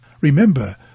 Remember